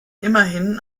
immerhin